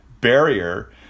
barrier